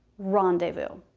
rendezvous.